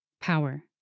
Power